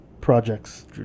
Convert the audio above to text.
projects